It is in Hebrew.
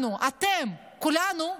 אנחנו, אתם, כולנו,